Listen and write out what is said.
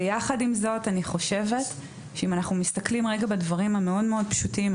יחד עם זאת אני חושבת שאם אנחנו מסתכלים רגע בדברים המאוד פשוטים,